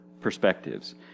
perspectives